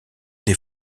des